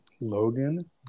Logan